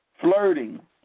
flirting